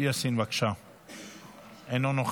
(אומר